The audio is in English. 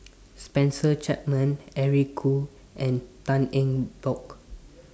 Spencer Chapman Eric Khoo and Tan Eng Bock